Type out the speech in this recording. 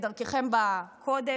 כדרככם בקודש,